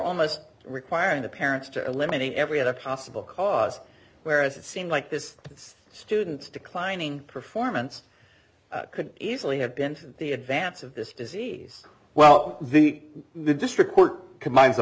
almost requiring the parents to eliminate every other possible cause whereas it seemed like this it's students declining performance could easily have been the advance of this disease well the the district court combines a